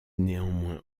néanmoins